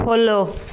follow